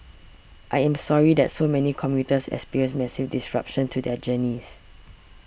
I am sorry that so many commuters experienced massive disruptions to their journeys